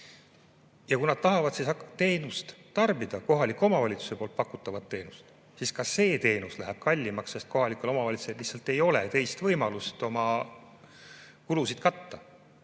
Ja kui nad tahavad teenust tarbida, kohaliku omavalitsuse pakutavat teenust, siis ka see teenus läheb kallimaks, sest kohalikel omavalitsustel lihtsalt ei ole teist võimalust oma kulusid katta.